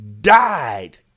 died